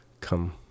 come